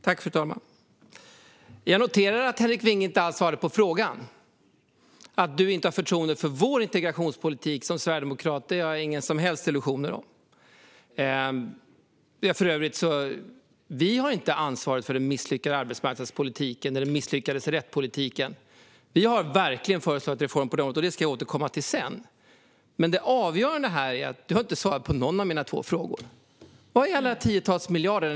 Fru talman! Jag noterar att Henrik Vinge inte alls svarade på frågorna. Att du som sverigedemokrat inte har förtroende för vår migrationspolitik förvånar mig inte, Henrik Vinge. Det har jag inga som helst illusioner om. För övrigt bär vi inte ansvaret för den misslyckade arbetsmarknadspolitiken eller den misslyckade rättspolitiken. Vi har verkligen föreslagit reformer på de områdena, och det ska jag återkomma till sedan. Det avgörande här är att du inte har svarat på någon av mina två frågor. Var är alla tiotals miljarder?